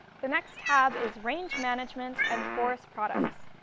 the next tab is range management and forest products.